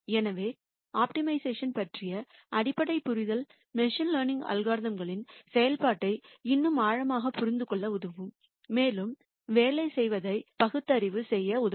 எனவே ஆப்டிமைசேஷன் பற்றிய அடிப்படை புரிதல் மெஷின் லேர்னிங் அல்காரிதம் களின் செயல்பாட்டை இன்னும் ஆழமாக புரிந்துகொள்ள உதவும் மேலும் வேலை செய்வதை பகுத்தறிவு செய்ய உதவும்